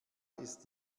ist